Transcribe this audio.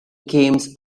games